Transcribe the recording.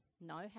no